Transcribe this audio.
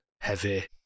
heavy